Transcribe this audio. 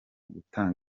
gutanga